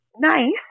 nice